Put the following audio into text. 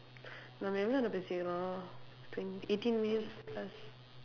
நம்ம எவ்வளவு நேரம் பேசிருக்கிறோம்:namma evvalavu neeram peesirukkiroom twen~ eighteen minutes plus